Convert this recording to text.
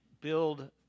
build